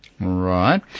Right